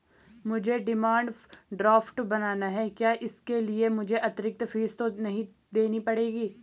मुझे demand draft बनाना है क्या इसके लिए मुझे अतिरिक्त फीस तो नहीं देनी पड़ेगी?